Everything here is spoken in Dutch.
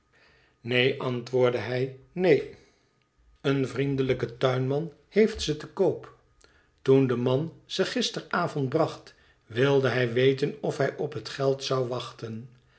neen antwoordde hij neen een vriendelijke tuinman heeft ze te koop toen de man ze gisteravond bracht wilde hij weten of hij op het geld zou wachten